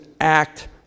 act